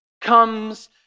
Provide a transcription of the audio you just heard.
comes